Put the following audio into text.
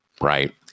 right